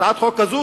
הצעת חוק כזו,